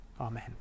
Amen